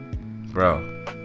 Bro